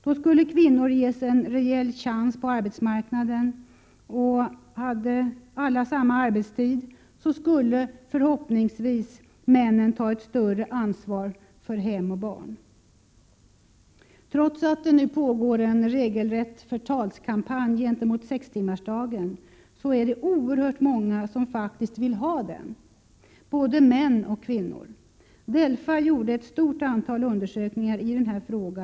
Då skulle kvinnor ges en rejäl chans på arbetsmarknaden. Hade alla samma arbetstid skulle också männen förhoppningsvis ta ett större ansvar för hem och barn. Trots att det nu pågår en regelrätt förtalskampanj gentemot sextimmarsdagen, är det oerhört många som faktiskt vill ha den, både män och kvinnor. DELFA gjorde ett stort antal undersökningar i denna fråga.